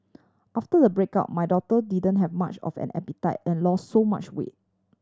after the breakup my daughter didn't have much of an appetite and lost so much weight